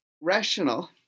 rational